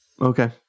Okay